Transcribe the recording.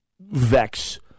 vex